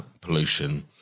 pollution –